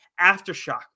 Aftershock